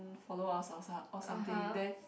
followers or something then